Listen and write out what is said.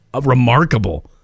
remarkable